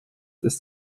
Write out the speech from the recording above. ist